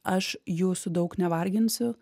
aš jūsų daug nevarginsiu